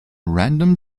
random